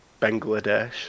Bangladesh